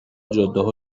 جادهها